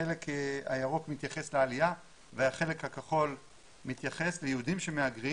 החלק הירוק מתייחס לעלייה והחלק הכחול מתייחס ליהודים שמהגרים